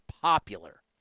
popular